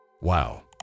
Wow